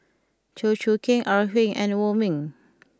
Chew Choo Keng Ore Huiying and Wong Ming